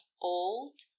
old